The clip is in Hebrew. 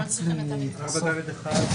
הישיבה ננעלה בשעה 12:46.